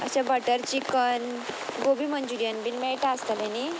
अशें butter chicken gobi manchurian bean मेयटा आसतले न्ही